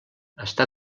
està